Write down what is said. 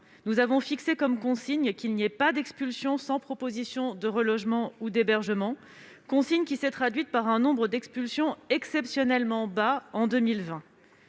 nous avons fixé comme consigne qu'il n'y ait pas d'expulsion sans proposition de relogement ou d'hébergement, consigne qui s'est traduite par un nombre d'expulsions exceptionnellement bas en 2020.